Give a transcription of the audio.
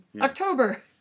October